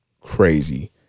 crazy